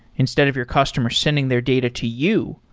instead of your customer sending their data to you,